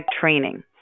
training